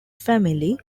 family